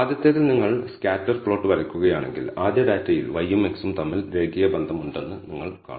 ആദ്യത്തേതിൽ നിങ്ങൾ scatter plot വരക്കുകയാണെങ്കിൽ ആദ്യ ഡാറ്റയിൽ y യും x നും തമ്മിൽ രേഖീയ ബന്ധം ഉണ്ടെന്ന് നിങ്ങൾ കാണും